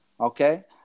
okay